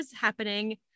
happening